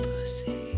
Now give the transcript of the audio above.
pussy